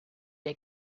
der